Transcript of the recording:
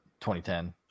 2010